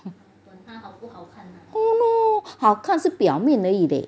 !hannor! 好看是表面而已 leh